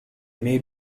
may